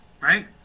right